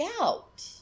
out